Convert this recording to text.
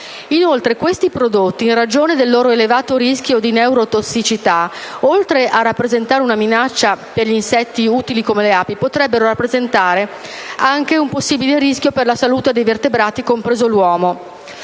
I neonicotinoidi, in ragione del loro elevato rischio di neurotossicità, oltre a rappresentare una minaccia per insetti utili come le api, potrebbero rappresentare anche un possibile rischio per la salute dei vertebrati, compreso l'uomo.